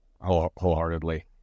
wholeheartedly